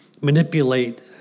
manipulate